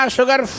Sugar